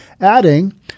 adding